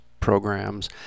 Programs